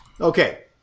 Okay